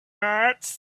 coconuts